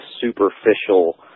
superficial